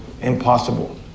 impossible